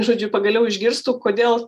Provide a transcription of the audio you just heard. žodžiu pagaliau išgirstų kodėl